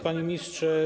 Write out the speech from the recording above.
Panie Ministrze!